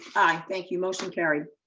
i, thank you, motion carried.